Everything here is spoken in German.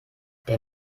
der